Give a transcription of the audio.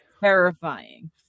terrifying